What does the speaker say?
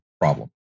problem